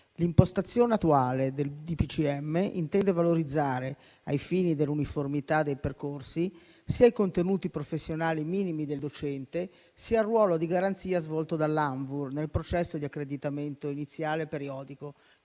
L'impostazione attuale del DPCM intende valorizzare, ai fini dell'uniformità dei percorsi, sia i contenuti professionali minimi del docente, sia il ruolo di garanzia svolto dall'Agenzia nazionale di